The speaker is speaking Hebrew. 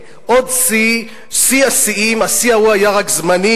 עוד שיא, שיא השיאים, השיא ההוא היה רק זמני.